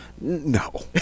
No